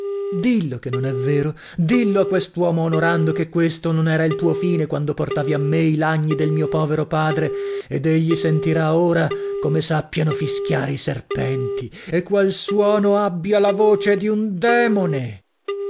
dillo che non è vero dillo a quest'uomo onorando che questo non era il tuo fine quando portavi a me i lagni del mio povero padre ed egli sentirà ora come sappiano fischiare i serpenti e qual suono abbia la voce d'un demone